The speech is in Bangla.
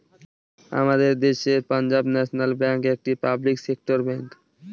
আমাদের দেশের পাঞ্জাব ন্যাশনাল ব্যাঙ্ক একটি পাবলিক সেক্টর ব্যাঙ্ক